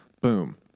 boom